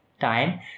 time